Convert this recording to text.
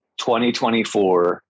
2024